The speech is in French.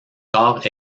corps